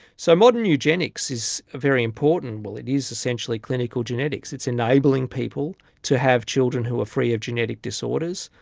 so modern eugenics is a very important, well, it is essentially clinical genetics, it's enabling people to have children who are free of genetic disorders,